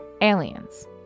Aliens